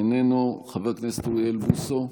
איננו, חבר הכנסת אוריאל בוסו,